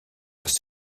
bist